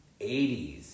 80s